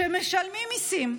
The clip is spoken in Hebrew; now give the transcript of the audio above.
שמשלמים מיסים,